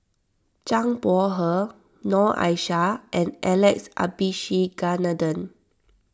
Zhang Bohe Noor Aishah and Alex Abisheganaden